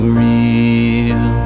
real